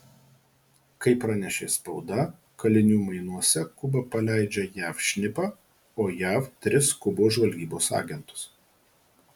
kaip pranešė spauda kalinių mainuose kuba paleidžia jav šnipą o jav tris kubos žvalgybos agentus